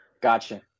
Gotcha